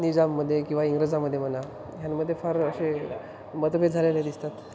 निजाममध्ये किंवा इंग्रजामध्ये म्हणा ह्यामध्ये फार असे मतभेद झालेले दिसतात